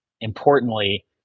importantly